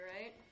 right